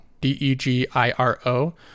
D-E-G-I-R-O